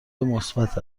مثبت